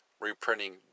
reprinting